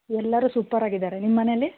ಎಲ್ಲರು ಸೂಪರ್ ಆಗಿದ್ದಾರೆ ನಿಮ್ಮ ಮನೆಯಲ್ಲಿ